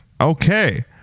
Okay